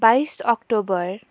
बाइस अक्टोबर